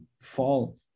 fall